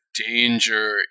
danger